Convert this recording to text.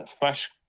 flash